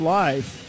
life